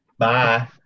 Bye